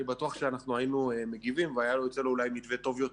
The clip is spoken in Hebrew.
אני בטוח שאנחנו היינו מגיבים והיה יוצא לו אולי מתווה טוב יותר,